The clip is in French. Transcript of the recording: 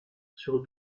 sur